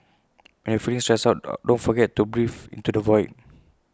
when you are feeling stressed out don't forget to breathe into the void